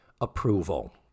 approval